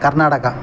Karnataka